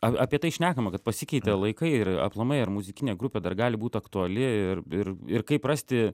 ap apie tai šnekama kad pasikeitė laikai ir aplamai ar muzikinė grupė dar gali būt aktuali ir ir ir kaip rasti